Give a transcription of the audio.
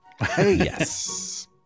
Yes